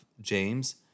James